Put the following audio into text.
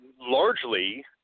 largely